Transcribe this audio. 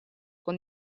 con